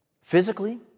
Physically